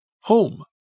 home